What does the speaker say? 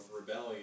rebellion